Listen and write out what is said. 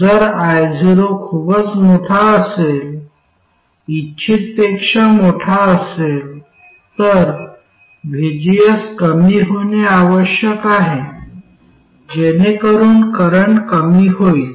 जर io खूपच मोठा असेल इच्छितपेक्षा मोठा असेल तर vgs कमी होणे आवश्यक आहे जेणेकरून करंट कमी होईल